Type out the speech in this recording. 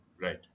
Right